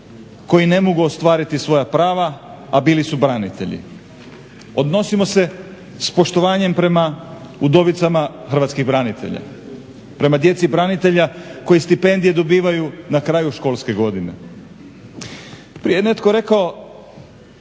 koji ne mogu ostvariti svoja prava, a bili su branitelji. Odnosimo se s poštovanjem prema udovicama hrvatskih branitelja, prema djeci branitelja koji stipendije dobivaju na kraju školske godine. Prije je netko rekao